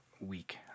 week